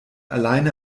alleine